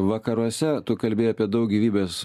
vakaruose tu kalbėjai apie daug gyvybės